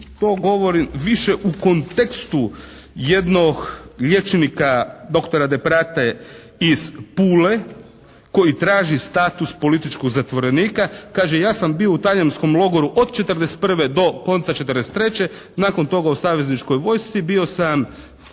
to govorim više u kontekstu jednog liječnika, doktora Deprate iz Pule koji traži status političkog zatvorenika. Kaže: «Ja sam bio u talijanskom logoru od 1941. do konca 1943. Nakon toga u savezničkoj vojsci. Bio sam,